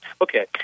Okay